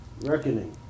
reckoning